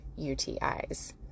UTIs